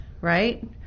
right